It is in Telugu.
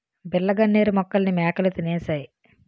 బిళ్ళ గన్నేరు మొక్కల్ని మేకలు తినేశాయి